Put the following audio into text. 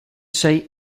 trzej